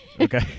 Okay